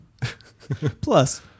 Plus